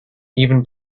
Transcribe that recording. even